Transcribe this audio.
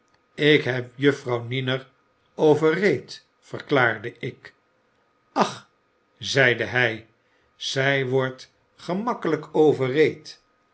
ik heb mejuffrouw niner overreed verklaarde ik ach zeide hij zij wordt gemakkelijk